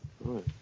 right